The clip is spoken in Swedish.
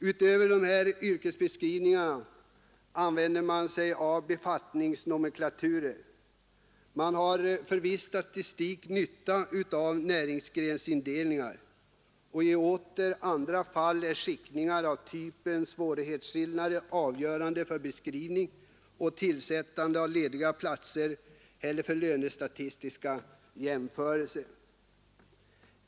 Utöver yrkesbeskrivningar använder man sig av befattningsnomenklaturer. Man har för viss statistik nytta av näringsgrensindelningar. I andra fall är skiktningar av typen svårighetsskillnader avgörande för beskrivning och tillsättning av lediga platser eller för lönestatistiska jämförelser.